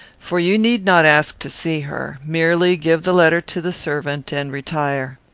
for you need not ask to see her merely give the letter to the servant and retire.